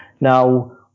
Now